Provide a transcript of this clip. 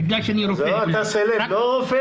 בגלל שאני רופא -- לא רופא.